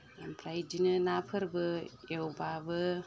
ओमफ्राय इदिनो नाफोरबो एवब्लाबो